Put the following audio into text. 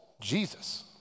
Jesus